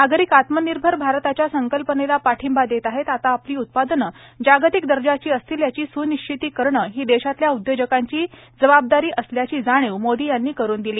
नागरिक आत्मनिर्भर भारताच्या संकल्पनेला पाठिंबा देत आहेत आता आपली उत्पादने जागतिक दर्जाची असतील याची स्निश्चिती करणं ही देशातल्या उद्योजकांची जबाबदारी असल्याची जाणीव मोदी यांनी करून दिली